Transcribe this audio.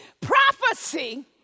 Prophecy